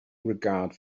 regard